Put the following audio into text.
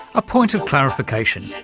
a point of clarification.